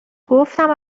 گفتم